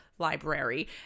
library